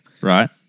Right